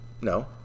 No